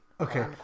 okay